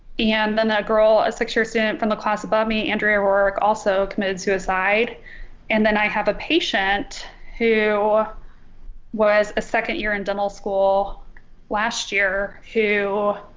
and then that girl a six year student from the class above me andrea work also committed suicide and then i have a patient who was a second year in dental school last year who